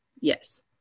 Yes